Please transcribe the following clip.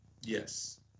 Yes